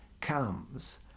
comes